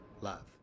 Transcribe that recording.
love